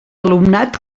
alumnat